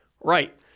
Right